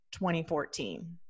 2014